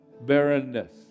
barrenness